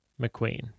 McQueen